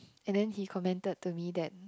and then he commented to me that